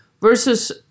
versus